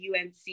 UNC